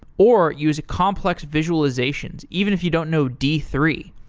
or use complex visualizations even if you don't know d three.